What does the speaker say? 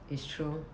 it's true